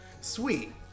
Sweet